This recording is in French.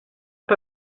pas